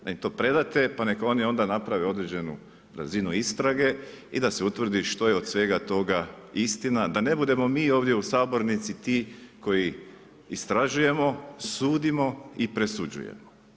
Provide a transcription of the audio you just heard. Nek to predate, pa nek oni onda naprave određenu razinu istrage i da se utvrdi što je od svega toga istina, da ne budemo mi ovdje u sabornici ti koji istražujemo, sudimo i presuđujemo.